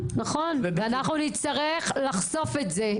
נצטרך לחשוף את זה.